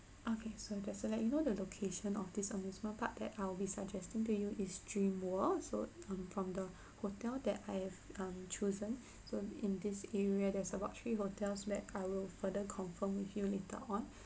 okay so just to let you know the location of this amusement park that I will be suggesting to you is dream world so um from the hotel that I have um chosen so in this area there's about three hotels that I will further confirm with you later on